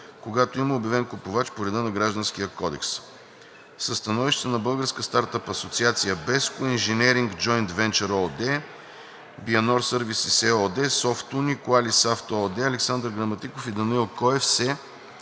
когато има обявен купувач по реда на Гражданския процесуален кодекс. Със становищата на Българска стартъп асоциация BESCO, „Инженеринг Джоинт Венчър“ ООД, „Бианор Сървисиз“ ЕООД, „СофтУни“, „Куалифаст“ ООД, Александър Граматиков и Данаил Коев се